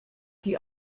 die